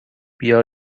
بیا